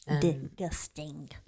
disgusting